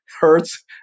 hurts